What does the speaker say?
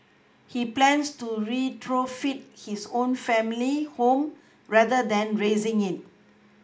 he plans to retrofit his own family home rather than razing it